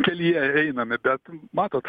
kelyje einame bet matot